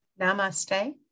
Namaste